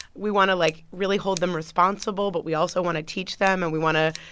we want to, like, really hold them responsible, but we also want to teach them. and we want to,